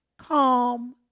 Calm